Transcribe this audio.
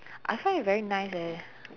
I find it very nice eh